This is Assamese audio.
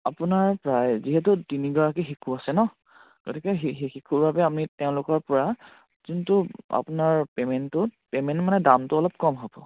আপোনাৰ প্ৰায় যিহেতু তিনিগৰাকী শিশু আছে ন গতিকে শিশুৰ বাবে আমি তেওঁলোকৰ পৰা যোনটো আপোনাৰ পে'মেণ্টটোত পে'মেণ্ট মানে দামটো অলপ কম হ'ব